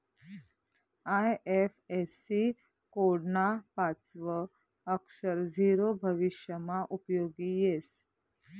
IFSC code ना पाचवं अक्षर झीरो भविष्यमा उपयोगी येस